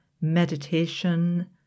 meditation